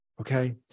Okay